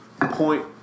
Point